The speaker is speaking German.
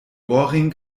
ohrring